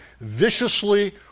viciously